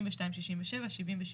62, 67, 70 ו-72.